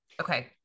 Okay